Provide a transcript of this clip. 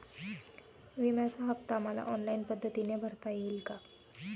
विम्याचा हफ्ता मला ऑनलाईन पद्धतीने भरता येईल का?